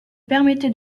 permettait